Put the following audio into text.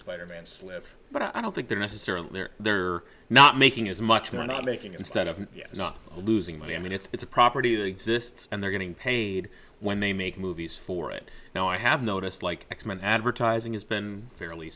spiderman slip but i don't think they're necessarily there they're not making as much they're not making instead of losing money i mean it's a property that exists and they're getting paid when they make movies for it now i have noticed like x men advertising has been fairly